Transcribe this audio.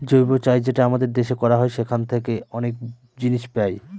জৈব চাষ যেটা আমাদের দেশে করা হয় সেখান থাকে অনেক জিনিস পাই